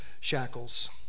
shackles